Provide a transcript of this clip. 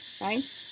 right